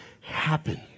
happen